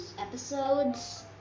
episodes